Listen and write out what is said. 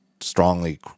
strongly